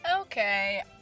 Okay